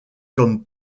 comme